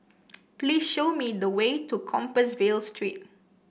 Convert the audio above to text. please show me the way to Compassvale Street